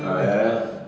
ah ya lah